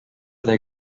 they